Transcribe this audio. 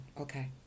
okay